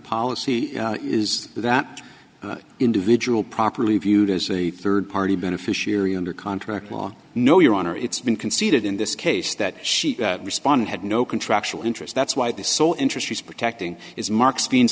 policy is that individual properly viewed as a third party beneficiary under contract law no your honor it's been conceded in this case that she responded had no contractual interest that's why the sole interest is protecting is mark's means